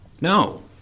No